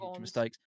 mistakes